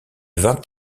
vingt